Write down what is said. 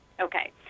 Okay